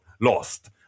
lost